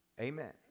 Amen